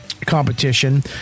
competition